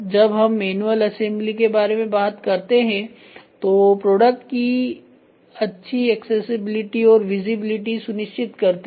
जब हम manual assembly के बारे में बात करते हैं तो प्रोडक्ट्स की अच्छी एक्सेसिबिलिटी और विजिबिलिटी सुनिश्चित करते हैं